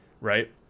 right